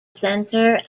center